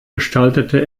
gestaltete